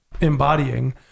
embodying